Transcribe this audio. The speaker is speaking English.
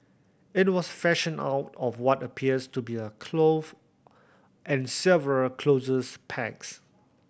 it was fashioned out of what appears to be a glove and several clothes pegs